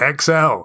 XL